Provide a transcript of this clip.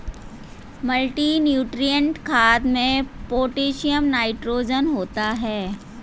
multinutrient खाद में potassium nitrogen होता है